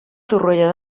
torroella